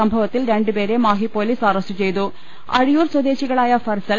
സംഭവത്തിൽ രണ്ട് പേരെ മാഹി പോലീസ് അറസ്റ്റ് ചെയ്തു അഴീയൂർ സ്വദേശികളായ ഫർസൽ